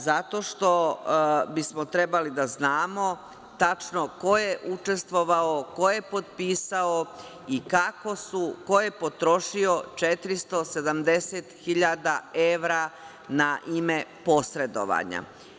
Zato što bismo trebali da znamo tačno ko je učestvovao, ko je potpisao i kako su, ko je potrošio 470 hiljada evra na ime posredovanja.